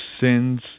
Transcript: sins